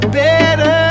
better